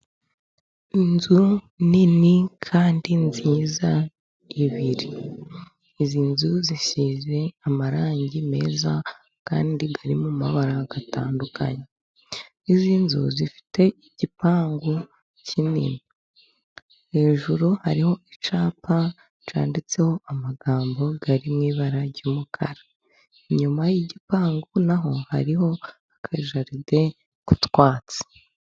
Inzu nini kandi nziza ebyiri. Izi nzu zisize amarangi meza kandi arimo amabara atandukanye. Izi nzu zifite igipangu kinini. Hejuru hari icyapa cyanditseho amagambo ari mu ibara ry'umukara. Inyuma y'igipangu naho hariho akajaride k'utwatsi.